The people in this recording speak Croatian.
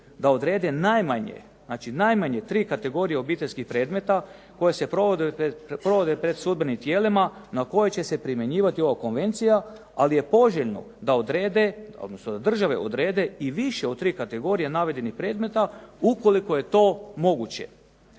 da odrede najmanje, znači najmanje tri kategorije obiteljskih predmeta koje se provode pred sudbenim tijelima, na koje će se primjenjivati ova konvencija, ali je poželjno da odrede, odnosno da države odrede i više od tri kategorije navedenih predmeta ukoliko je to moguće.